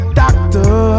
doctor